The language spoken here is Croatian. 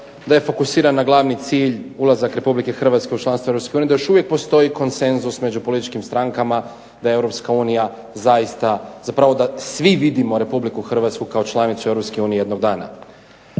da je fokusiran na glavni cilj ulazak Republike Hrvatske u članstvo Europske unije, da još uvijek postoji konsenzus među političkim strankama da je Europska unija zaista, zapravo da svi vidimo Republiku Hrvatsku kao članicu Europske